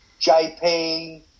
JP